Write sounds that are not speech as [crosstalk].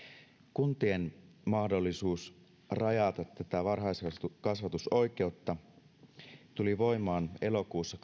kuntien mahdollisuus rajata tätä varhaiskasvatusoikeutta tuli voimaan elokuussa [unintelligible]